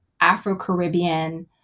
Afro-Caribbean